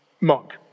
monk